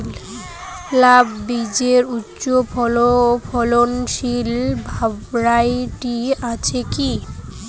লাউ বীজের উচ্চ ফলনশীল ভ্যারাইটি আছে কী?